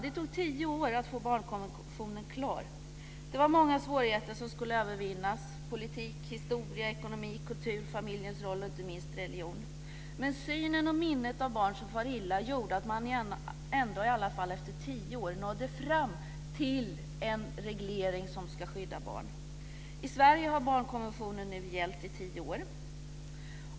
Det tog tio år att få barnkonventionen klar. Det var många svårigheter som skulle övervinnas, politik, historia, ekonomi, kultur, familjens roll och inte minst religion. Men synen och minnet av barn som far illa gjorde att man ändå efter tio år nådde fram till en reglering som ska skydda barn. I Sverige har barnkonventionen nu gällt i tio år.